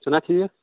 چھُنہ ٹھیٖک